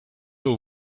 aux